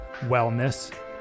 wellness